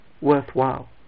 worthwhile